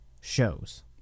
shows